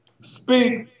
speak